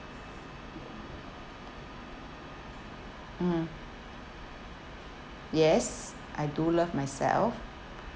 mm yes I do love myself